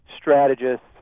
strategists